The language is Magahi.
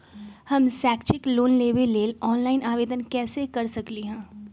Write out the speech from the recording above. हम शैक्षिक लोन लेबे लेल ऑनलाइन आवेदन कैसे कर सकली ह?